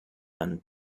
and